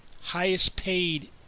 highest-paid